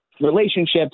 relationships